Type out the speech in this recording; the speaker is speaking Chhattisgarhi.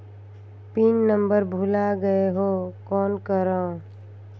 पिन नंबर भुला गयें हो कौन करव?